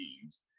teams